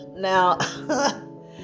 Now